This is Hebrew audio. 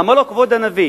אמר לו: כבוד הנביא,